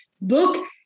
book